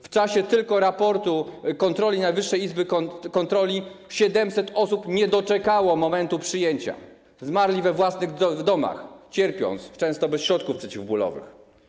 W czasie tylko kontroli Najwyższej Izby Kontroli 700 osób nie doczekało momentu przyjęcia, zmarło we własnych domach, cierpiąc, często bez środków przeciwbólowych.